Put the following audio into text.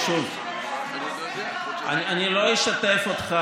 שוב, אני לא אשתף אותך